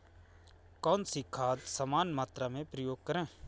कौन सी खाद समान मात्रा में प्रयोग करें?